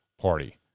Party